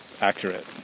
accurate